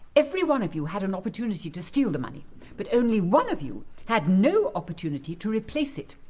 every one of you had an opportunity to steal the money but only one of you had no opportunity to replace it!